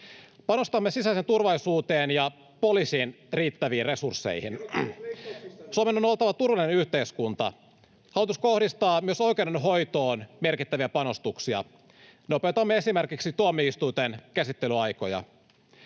Panostamme sisäiseen turvallisuuteen ja poliisien riittäviin resursseihin. [Antti Kaikkonen: Kerrotko myös leikkauksistanne?] Suomen on oltava turvallinen yhteiskunta. Hallitus kohdistaa myös oikeudenhoitoon merkittäviä panostuksia. Nopeutamme esimerkiksi tuomioistuinten käsittelyaikoja.